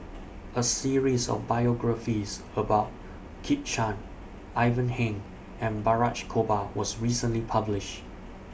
A series of biographies about Kit Chan Ivan Heng and Balraj Gopal was recently published